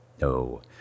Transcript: No